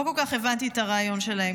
לא כל כך הבנתי את הרעיון שלהם.